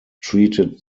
treated